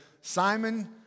Simon